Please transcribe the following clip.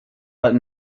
but